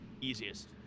easiest